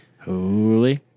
Holy